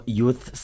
youth